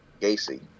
Gacy